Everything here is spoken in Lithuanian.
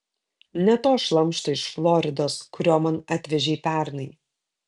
ne to šlamšto iš floridos kurio man atvežei pernai